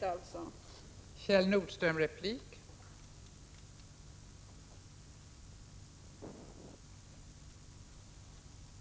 Battadspoliliska frå: